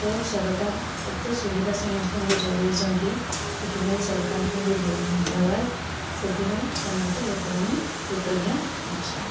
ତ ସରକାର ଏତେ ସୁବିଧା ସମସ୍ତଙ୍କୁ ଯୋଗେଇଛନ୍ତି ସେଥିପାଇଁ ସରକାରଙ୍କୁ ବି ବହୁତ ଧନ୍ୟବାଦ ସେଥିପାଇଁ ସମସ୍ତେ ଲୋକ ମାନେ କୃତଜ୍ଞ ହେଉଛନ୍ତି